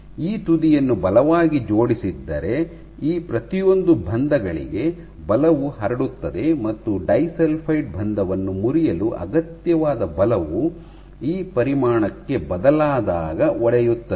ಈ ತುದಿಯನ್ನು ಬಲವಾಗಿ ಜೋಡಿಸಿದ್ದರೆ ಈ ಪ್ರತಿಯೊಂದು ಬಂಧಗಳಿಗೆ ಬಲವು ಹರಡುತ್ತದೆ ಮತ್ತು ಡೈಸಲ್ಫೈಡ್ ಬಂಧವನ್ನು ಮುರಿಯಲು ಅಗತ್ಯವಾದ ಬಲವು ಆ ಪರಿಮಾಣಕ್ಕೆ ಬದಲಾದಾಗ ಒಡೆಯುತ್ತದೆ